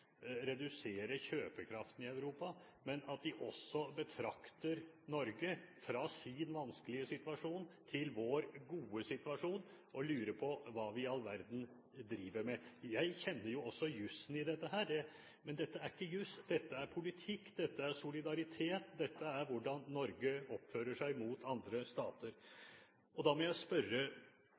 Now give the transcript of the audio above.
kjøpekraften i Europa, men at de også betrakter Norge fra sin vanskelige situasjon til vår gode situasjon og lurer på hva i all verden vi driver med? Jeg kjenner også jussen i dette, men dette er ikke juss, dette er politikk, dette er solidaritet, dette er hvordan Norge oppfører seg mot andre stater. Og da må jeg spørre